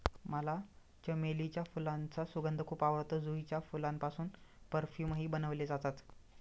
मला चमेलीच्या फुलांचा सुगंध खूप आवडतो, जुईच्या फुलांपासून परफ्यूमही बनवले जातात